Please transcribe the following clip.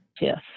Yes